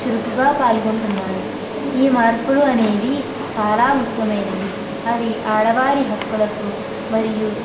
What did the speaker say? చురుకుగా పాల్గొంటున్నారు ఈ మార్పులు అనేవి చాలా ముఖ్యమైనవి అవి ఆడవారి హక్కులకు మరియు